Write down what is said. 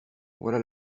voilà